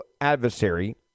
adversary